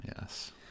Yes